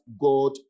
God